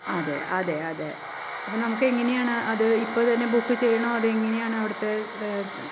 അതെ അതെ അതെ നമുക്കെങ്ങനെയാണ് അത് ഇപ്പോൾത്തന്നെ ബുക്ക് ചെയ്യണോ അതോ എങ്ങനെയാണ് അവിടുത്തെ